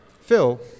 Phil